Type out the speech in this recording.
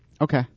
okay